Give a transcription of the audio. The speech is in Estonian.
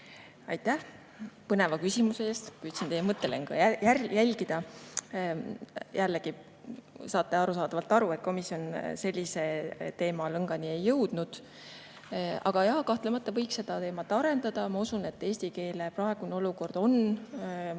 Aitäh põneva küsimuse eest! Püüdsin teie mõttelõnga jälgida. Jällegi, te saate aru, et komisjon sellise teemalõngani ei jõudnud. Aga jaa, kahtlemata võiks seda teemat arendada. Ma usun, et eesti keele praegune olukord on meie